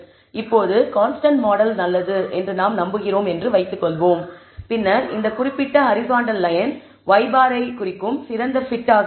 இப்போது constant model நல்லது என்று நாம் நம்புகிறோம் என்று வைத்துக்கொள்வோம் பின்னர் இந்த குறிப்பிட்ட ஹரிஸான்ட்டல் லயன் y̅ ஐ குறிக்கும் சிறந்த fit ஆக இருக்கும்